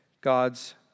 God's